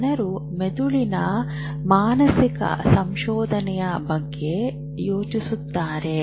ಜನರು ಮೆದುಳಿನ ಮಾನಸಿಕ ಸಂಶೋಧನೆಯ ಬಗ್ಗೆ ಯೋಚಿಸುತ್ತಾರೆ